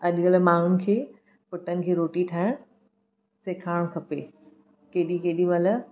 अॼुकल्ह माण्हुनि खे पुटनि खे रोटी ठाहिणु सेखारणु खपे केॾी केॾी महिल